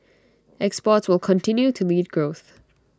exports will continue to lead growth